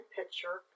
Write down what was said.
Picture